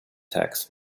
tax